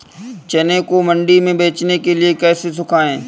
चने को मंडी में बेचने के लिए कैसे सुखाएँ?